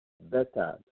better